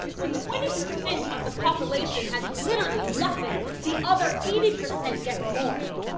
when twenty percent of the population has literally nothing, the other eighty percent gets more.